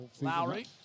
Lowry